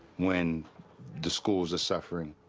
when the schools are suffering.